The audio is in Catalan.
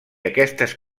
aquestes